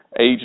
age